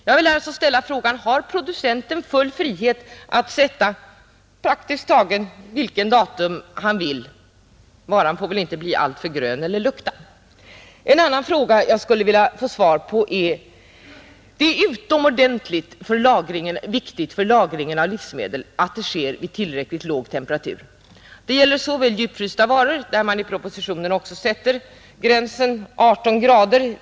Jag vill ställa frågan: Har producenten full frihet att sätta praktiskt taget vilket datum han vill? Varan får väl dock inte bli alltför grön eller börja lukta. En annan sak som jag skulle vilja ha klarhet i är följande. Det är utomordentligt viktigt för lagring av livsmedel att lagringen sker vid tillräckligt låg temperatur. Det gäller framför allt djupfrysta varor där man i propositionen sätter gränsen vid 18 grader.